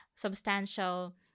substantial